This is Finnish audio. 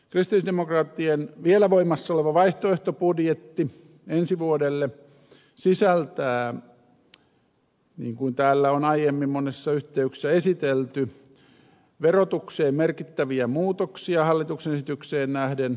kristillisdemokraattien vielä voimassa oleva vaihtoehtobudjetti ensi vuodelle sisältää niin kuin täällä on aiemmin monissa yhteyksissä esitelty verotukseen merkittäviä muutoksia hallituksen esitykseen nähden